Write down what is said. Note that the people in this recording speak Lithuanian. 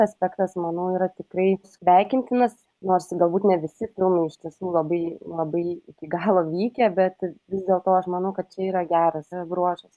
aspektas manau yra tikrai sveikintinas nors galbūt ne visi filmai iš tiesų labai labai iki galo vykę bet vis dėlto aš manau kad čia yra geras bruožas